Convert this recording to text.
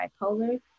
bipolar